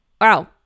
Wow